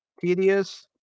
Tedious